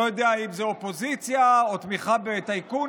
לא יודע אם זאת אופוזיציה או תמיכה בטייקונים